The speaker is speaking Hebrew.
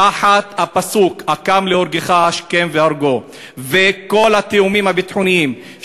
תחת הפסוק "הקם להורגך השכם להורגו"; וכל התיאומים הביטחוניים,